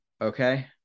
Okay